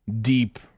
deep